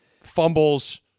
fumbles